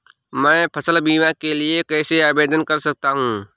मैं फसल बीमा के लिए कैसे आवेदन कर सकता हूँ?